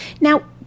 now